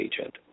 agent